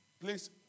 Please